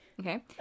Okay